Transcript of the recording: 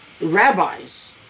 rabbis